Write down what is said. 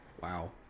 Wow